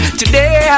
today